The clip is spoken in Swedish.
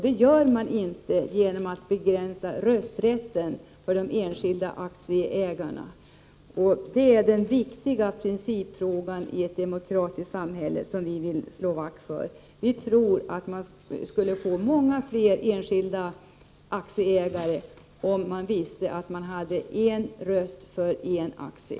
Det gör man inte genom att begränsa rösträtten för de enskilda aktieägarna. Det är den viktiga principfrågan i ett demokratiskt samhälle som vi vill slå vakt om. Vi tror att man skulle få många fler enskilda aktieägare om människor visste att de hade en röst för varje aktie.